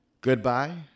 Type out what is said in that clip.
Goodbye